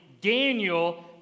Daniel